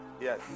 Yes